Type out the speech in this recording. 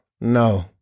no